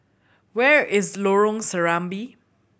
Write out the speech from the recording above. where is Lorong Serambi